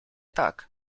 tak